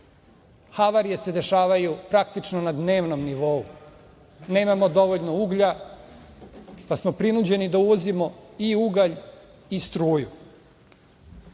Havarije se dešavaju praktično na dnevnom nivou. Nemamo dovoljno uglja, pa smo prinuđeni da uvozimo i ugalj i struju,